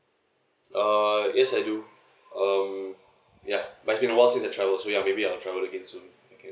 uh yes I do um yup like in awhile since I travel so ya maybe I'll travel again soon okay